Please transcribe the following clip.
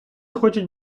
хочуть